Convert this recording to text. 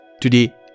Today